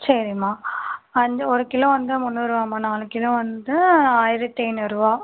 சரிம்மா அஞ்சு ஒரு கிலோ வந்து முந்நூறுரூவாம்மா நாலு கிலோ வந்து ஆயிரத்து ஐந்நூறுரூவா